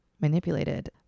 manipulated